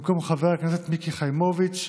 ובמקום חבר הכנסת מיקי חיימוביץ'